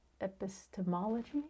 epistemology